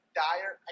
dire